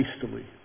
hastily